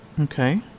okay